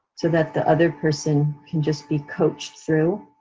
so that the other person can just be coached through.